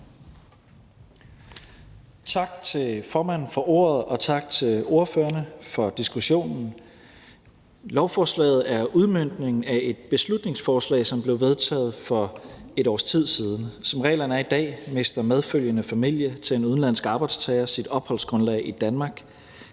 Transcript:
Tak til formanden for ordet, og tak til ordførerne for diskussionen. Lovforslaget er udmøntningen af et beslutningsforslag, som blev vedtaget for et års tid siden. Som reglerne er i dag, mister medfølgende familie til en udenlandsk arbejdstager sit opholdsgrundlag i Danmark,